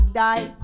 die